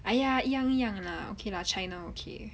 !aiya! 一样一样 lah okay lah china okay